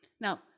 Now